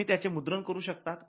तुम्ही त्याचे मुद्रण करू शकतात